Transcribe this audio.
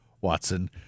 Watson